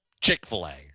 Chick-fil-A